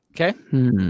Okay